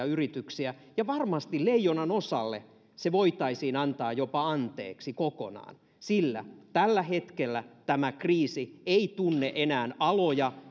yrityksiä ja varmasti leijonanosalle se voitaisiin jopa antaa anteeksi kokonaan sillä tällä hetkellä tämä kriisi ei tunne enää aloja